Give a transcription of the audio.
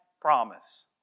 promise